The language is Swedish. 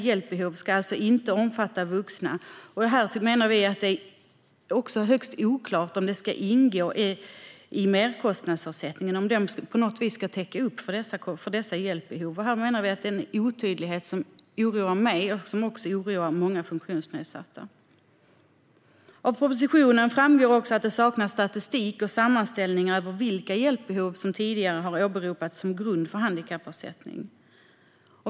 Här menar vi att det är högst oklart om merkostnadsersättningen ska täcka upp för dessa hjälpbehov. Denna otydlighet oroar mig och också många funktionsnedsatta. Av propositionen framgår också att det saknas statistik och sammanställningar över vilka hjälpbehov som tidigare åberopats som grund för handikappersättning.